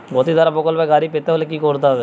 গতিধারা প্রকল্পে গাড়ি পেতে হলে কি করতে হবে?